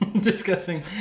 Discussing